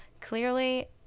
clearly